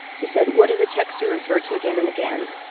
she said, what is a text you refer to again and again?